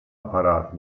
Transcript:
apparat